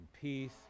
peace